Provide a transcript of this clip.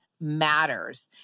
matters